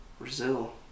Brazil